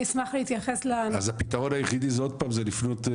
אז הפתרון היחידי זה לפנות?